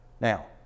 Now